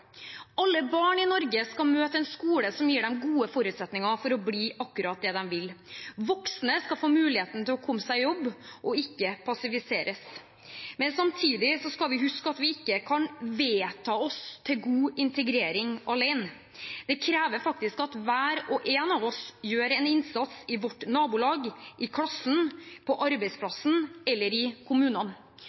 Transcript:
Alle barn i Norge skal møte en skole som gir dem gode forutsetninger for å bli akkurat det de vil. Voksne skal få muligheten til å komme seg i jobb og ikke passiviseres. Men samtidig skal vi huske at vi ikke kan vedta oss til god integrering alene. Det krever faktisk at hver og en av oss gjør en innsats i vårt nabolag, i klassen, på arbeidsplassen eller i kommunene.